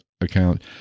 account